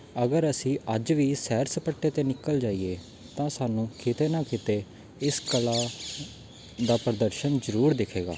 ਅਗਰ ਅਸੀਂ ਅੱਜ ਵੀ ਸੈਰ ਸਪਾਟੇ 'ਤੇ ਨਿਕਲ ਜਾਈਏ ਤਾਂ ਸਾਨੂੰ ਕਿਤੇ ਨਾ ਕਿਤੇ ਇਸ ਕਲਾ ਦਾ ਪ੍ਰਦਰਸ਼ਨ ਜ਼ਰੂਰ ਦਿਖੇਗਾ